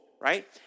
right